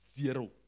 Zero